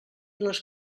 les